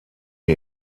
die